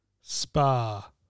Spa